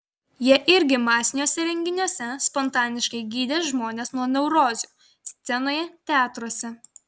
jie irgi masiniuose renginiuose spontaniškai gydė žmonės nuo neurozių scenoje teatruose